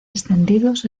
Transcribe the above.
extendidos